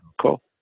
cool